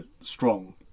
strong